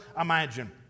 imagine